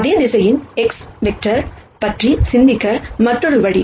அதே vector X பற்றி சிந்திக்க மற்றொரு வழி